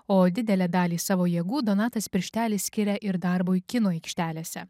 o didelę dalį savo jėgų donatas pirštelis skiria ir darbui kino aikštelėse